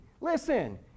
Listen